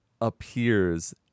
appears